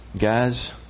Guys